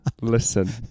Listen